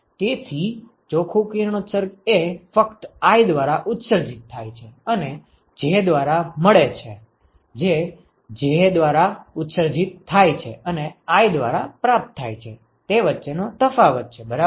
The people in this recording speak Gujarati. તેથી ચોખ્ખું કિરણોત્સર્ગ એ ફક્ત i દ્વારા ઉત્સર્જિત થાય છે અને j દ્વારા મળે છે જે j દ્વારા ઉત્સર્જિત થાય છે અને i દ્વારા પ્રાપ્ત થાય છે તે વચ્ચેનો તફાવત છે બરાબર